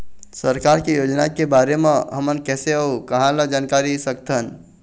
सरकार के योजना के बारे म हमन कैसे अऊ कहां ल जानकारी सकथन?